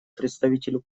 представителю